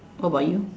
what about you